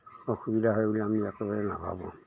অসুবিধা হয় বুলি আমি একেবাৰে নাভাবোঁ